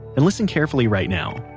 and listen carefully right now.